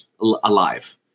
alive